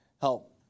help